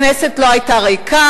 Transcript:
או אם זה 27%,